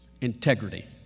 Integrity